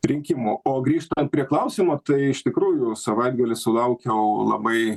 rinkimų o grįžtant prie klausimo tai iš tikrųjų savaitgalį sulaukiau labai